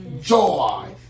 Joy